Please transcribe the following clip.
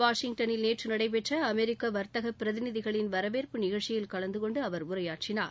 வாஷிங்டனில் நேற்று நடைபெற்ற அமெரிக்க வா்த்தக பிரதிநிதிகளின் வரவேற்பு நிகழ்ச்சியில் கலந்து கொண்டு அவர் உரையாற்றினார்